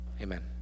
Amen